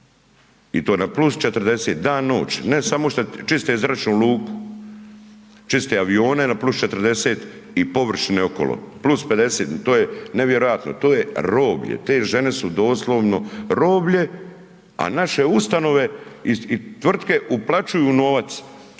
i to na +40 dan noć, ne samo šta čiste zračnu luku, čiste avione na +40 i površine okolo + 50, to je nevjerojatno, to je roblje, te žene su doslovno roblje, a naše ustanove i tvrtke uplaćuju novac